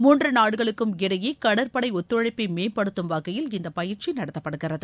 மூன்று நாடுகளுக்கும் இடையே கடற்படை ஒத்தழைப்பை மேம்படுத்தும் வகையில் இந்த பயிற்சி நடத்தப்படுகிறது